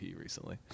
recently